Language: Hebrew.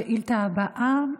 השאילתה הבאה,